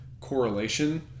correlation